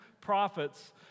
prophets